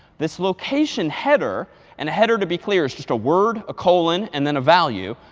this location header and a header to be clear is just a word, a colon, and then a value.